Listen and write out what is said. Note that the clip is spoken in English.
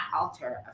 alter